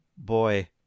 Boy